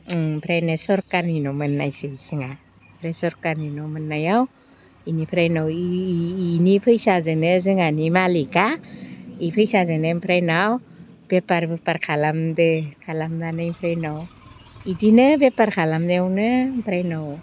ओमफ्रायनो सरखारनि न' मोननायसै जोंहा बे सरखारनि न' मोननायाव इनिफ्राय उनाव इनि फैसाजोनो जोंहानि मालिकआ इ फैसाजोनो ओमफ्राय उनाव बेफार बुफार खालामदो खालामनानै ओमफ्राय उनाव इदिनो बेफार खालामनायावनो ओमफ्राय उनाव